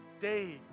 Day